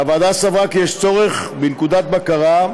הוועדה סברה כי יש צורך בנקודת בקרה,